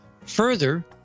Further